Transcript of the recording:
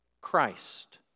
Christ